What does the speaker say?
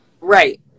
right